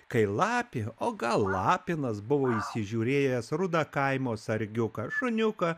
kai lapė o gal lapinas buvo įsižiūrėjęs rudą kaimo sargiuką šuniuką